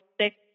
six